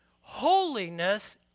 Holiness